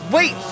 Wait